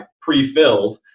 pre-filled